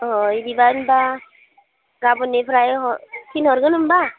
अ बिदिबा होनबा गोबाननिफ्राय हर थिनहरगोन होनबा